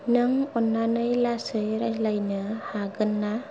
नों अननानै लासैयै रायलायनो हागोन ना